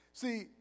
See